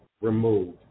removed